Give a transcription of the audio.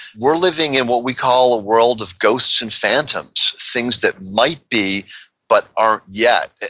we're living in what we call a world of ghosts and phantoms, things that might be but aren't yet.